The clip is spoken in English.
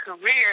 career